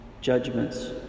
judgments